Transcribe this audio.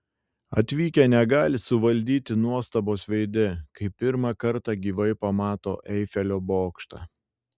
atvykę negali suvaldyti nuostabos veide kai pirmą kartą gyvai pamato eifelio bokštą